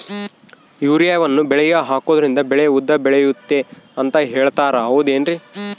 ಯೂರಿಯಾವನ್ನು ಬೆಳೆಗೆ ಹಾಕೋದ್ರಿಂದ ಬೆಳೆ ಉದ್ದ ಬೆಳೆಯುತ್ತೆ ಅಂತ ಹೇಳ್ತಾರ ಹೌದೇನ್ರಿ?